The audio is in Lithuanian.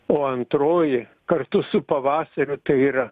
o antroji kartu su pavasariu tai yra